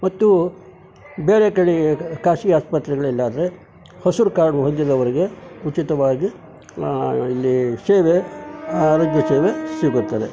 ಮತ್ತು ಬೇರೆ ಕಡೆ ಖಾಸ್ಗಿ ಆಸ್ಪತ್ರೆಗಳಲ್ಲಾದರೆ ಹಸಿರು ಕಾರ್ಡ್ ಹೊಂದಿದವರಿಗೆ ಉಚಿತವಾಗಿ ಇಲ್ಲಿ ಸೇವೆ ಆರೋಗ್ಯ ಸೇವೆ ಸಿಗುತ್ತದೆ